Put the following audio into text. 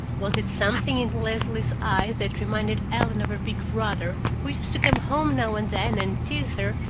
was it something in leslie's eyes that reminded ellen of her big brother who used to come home now and then, and tease her,